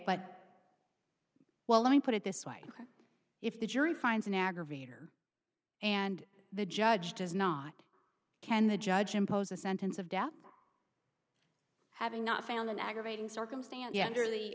but well let me put it this way if the jury finds an aggravator and the judge does not can the judge impose a sentence of death having not found an aggravating circumstance under the